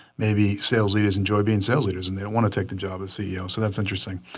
maybe sales leaders enjoy being sales leaders, and they don't want to take the job as ceos, so that's interesting.